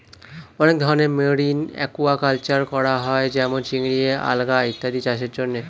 অনেক ধরনের marine aquaculture করা হয় যেমন চিংড়ি, আলগা ইত্যাদি চাষের জন্যে